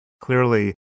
Clearly